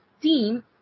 team